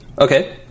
Okay